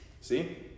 see